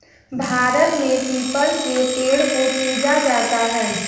भारत में पीपल के पेड़ को पूजा जाता है